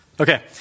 Okay